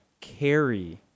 carry